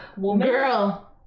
girl